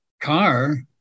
car